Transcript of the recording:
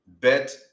bet